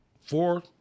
Four